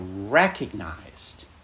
recognized